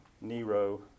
Nero